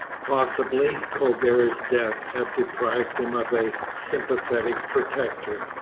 possibly colbert's death had deprived him of a sympathetic protector,